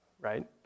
right